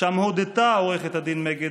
ושם הודתה עו"ד מגד,